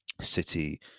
City